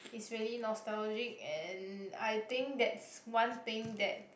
is really nostalgic and I think that's one thing that